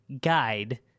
guide